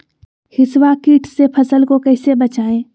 हिसबा किट से फसल को कैसे बचाए?